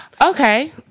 Okay